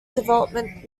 development